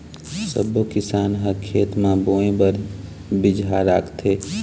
सब्बो किसान ह खेत म बोए बर बिजहा राखथे